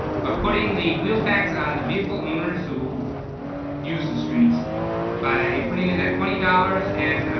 but putting the wheel tax on the vehicle owners who use the streets by putting it at twenty dollars and,